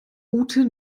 ute